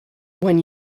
when